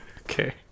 Okay